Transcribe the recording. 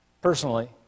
personally